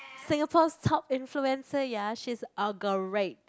Singapore's top influencer ya she's uh great